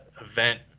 event